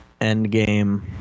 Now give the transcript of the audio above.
Endgame